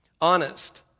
honest